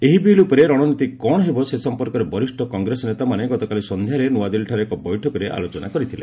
ଏହି ବିଲ୍ ଉପରେ ରଣନୀତି କ'ଣ ହେବ ସେ ସଂପର୍କରେ ବରିଷ୍ଣ କଂଗ୍ରେସ ନେତାମାନେ ଗତକାଲି ସନ୍ଧ୍ୟାରେ ନୂଆଦିଲ୍ଲୀଠାରେ ଏକ ବୈଠକରେ ଆଲୋଚନା କରିଥିଲେ